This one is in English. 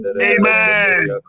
Amen